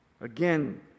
Again